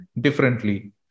differently